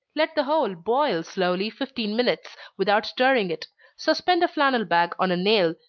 let the whole boil slowly fifteen minutes, without stirring it suspend a flannel bag on a nail,